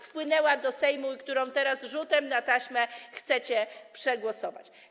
wpłynęła do Sejmu i którą teraz rzutem na taśmę chcecie przegłosować.